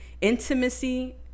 Intimacy